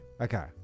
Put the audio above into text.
Okay